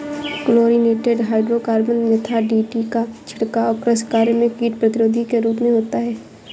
chlorinated hydrocarbon यथा DDT का छिड़काव कृषि कार्य में कीट प्रतिरोधी के रूप में होता है